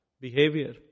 behavior